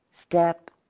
Step